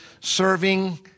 serving